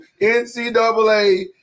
NCAA